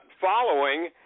following